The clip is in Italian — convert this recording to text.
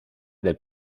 del